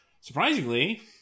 Surprisingly